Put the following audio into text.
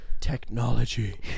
Technology